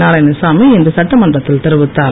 நாராயணசாமி இன்று சட்டமன்றத்தில் தெரிவித்தார்